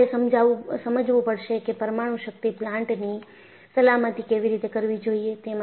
લોકોએ સમજવું પડશે કે પરમાણુ શક્તિ પ્લાન્ટની સલામતી કેવી રીતે કરવી જોઈએ